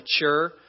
mature